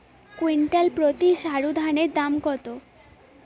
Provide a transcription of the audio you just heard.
Quintal প্রতি সরুধানের দাম কত?